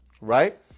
Right